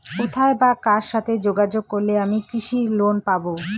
কোথায় বা কার সাথে যোগাযোগ করলে আমি কৃষি লোন পাব?